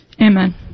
Amen